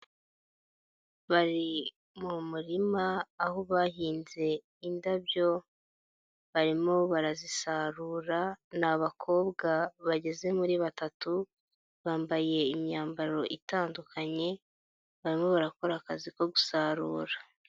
Bari mu murima aho bahinze indabyo, barimo barazisarura ni abakobwa bageze muri batatu, bambaye imyambaro itandukanye, barimo barakora akazi ko gusarura.